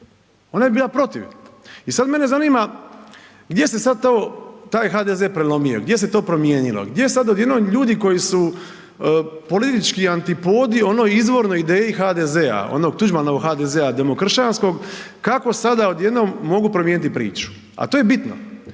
ona je bila protiv i sad mene zanima gdje se sad to, taj HDZ prelomio, gdje se to promijenilo, gdje sad odjednom ljudi koji su politički antipodi onoj izvornoj ideji HDZ-a, onog Tuđmanovog HDZ-a demokršćanskog kako sada odjednom mogu promijeniti priču? A to je bitno.